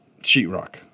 sheetrock